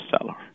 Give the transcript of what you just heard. seller